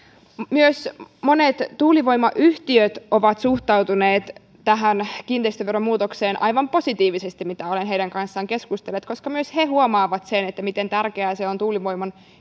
myös monet tuulivoimayhtiöt ovat suhtautuneet tähän kiinteistöveromuutokseen aivan positiivisesti kun olen heidän kanssaan keskustellut koska myös he huomaavat sen miten tärkeää on tuulivoiman